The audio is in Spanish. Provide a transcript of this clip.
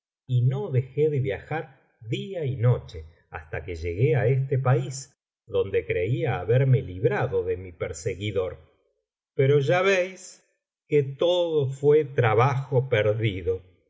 y no dejé de viajar día y noche hasta que llegué á este país donde creía haberme librado de mi perseguidor pero ya veis que todo fué trabajo perdido